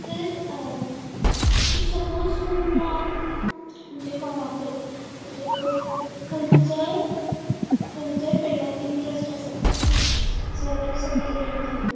तर if suppose तुमकां म्हणजे कोणाकय इफ सपोज खंयचेय खंयच्याय फिल्डान इंट्रस्ट आसा जाल्यार सपोज बेकींग